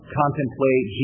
contemplate